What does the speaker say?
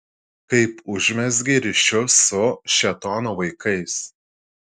kaip užmezgei ryšius su šėtono vaikais